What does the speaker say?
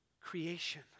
creation